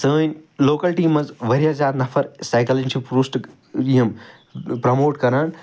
سٲنۍ لوکلٹی مَنٛز واریاہ زیادٕ نَفَر سایکَلِنٛگ چھِ یِم پرٛموٹ کَران